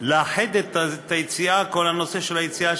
לאחד את כל נושא היציאה,